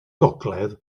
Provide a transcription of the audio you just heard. gogledd